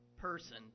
person